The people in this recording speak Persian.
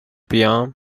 بیام